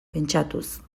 pentsatuz